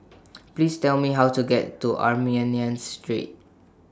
Please Tell Me How to get to Armenian Street